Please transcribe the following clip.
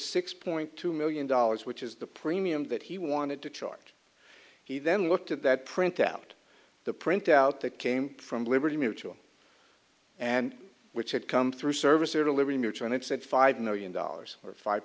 six point two million dollars which is the premium that he wanted to charge he then looked at that printout the printout that came from liberty mutual and which had come through service or delivering your two and it said five million dollars or five